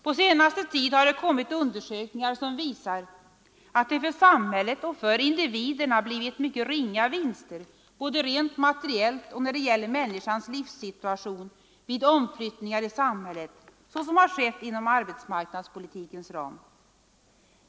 På senaste tid har det gjorts undersökningar som visar att det för samhället och för individerna blivit mycket ringa vinster både rent materiellt och när det gäller människans livssituation vid de omflyttningar i samhället som har skett inom arbetsmarknadspolitikens ram.